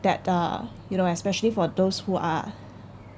that uh you know especially for those who are